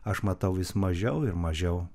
aš matau vis mažiau ir mažiau